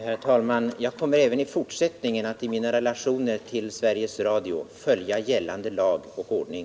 Herr talman! Jag kommer även i fortsättningen att i mina relationer till Sveriges Radio följa gällande lag och ordning.